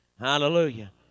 Hallelujah